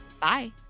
Bye